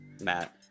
matt